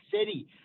City